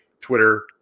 Twitter